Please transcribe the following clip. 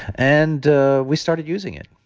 and we started using it.